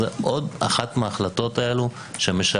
אז זאת עוד אחת מההחלטות האלו שמשלבת